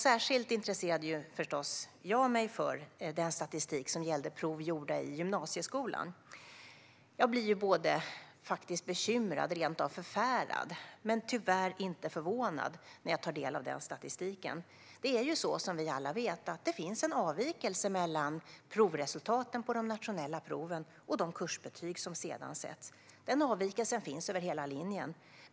Jag intresserade mig förstås särskilt för den statistik som gällde prov gjorda i gymnasieskolan. Jag blir både bekymrad och rent av förfärad men tyvärr inte förvånad när jag tar del av den statistiken. Som vi alla vet finns det en avvikelse mellan provresultaten på de nationella proven och de kursbetyg som sedan sätts. Den avvikelsen finns över hela linjen.